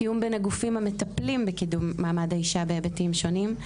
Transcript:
תיאום בין הגופים המטפלים בקידום מעמד האישה בהיבטים שונים,